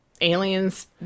aliens